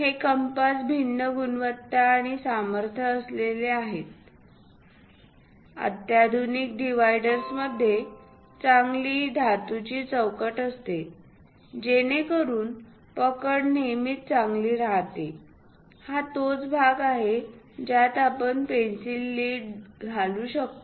हे कंपास भिन्न गुणवत्ता आणि सामर्थ्य असलेले आहेत अत्याधुनिक डिव्हायडर्समध्ये चांगली धातूची चौकट असते जेणेकरून पकड नेहमीच चांगली राहते आणि हा तोच भाग आहे ज्यात आपण पेन्सिल लीड घालू शकतो